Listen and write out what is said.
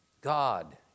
God